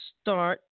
start